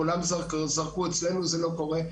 כולם אמרו שאצלם זה לא קורה.